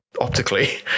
optically